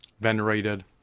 venerated